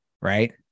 right